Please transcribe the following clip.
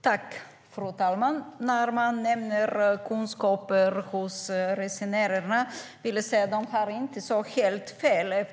Fru talman! Man nämner kunskaper hos resenärerna. De har inte helt fel.